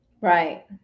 Right